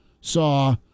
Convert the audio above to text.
saw